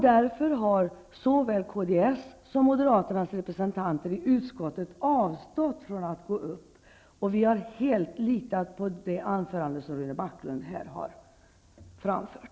Därför har såväl kds som Moderaternas representanter avstått från att gå upp i debatten. Vi har helt litat på att våra synpunkter skulle komma fram i det anförande som Rune Backlund har hållit.